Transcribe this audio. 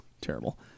Terrible